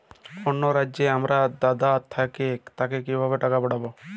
অন্য রাজ্যে আমার এক দাদা থাকে তাকে কিভাবে টাকা পাঠাবো?